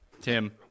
Tim